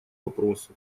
вопросу